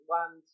one